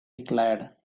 declared